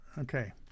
Okay